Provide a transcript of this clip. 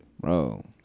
bro